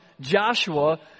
Joshua